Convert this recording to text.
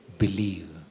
believe